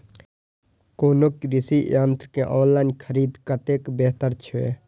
कोनो कृषि यंत्र के ऑनलाइन खरीद कतेक बेहतर छै?